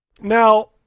now